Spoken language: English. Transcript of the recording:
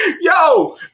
yo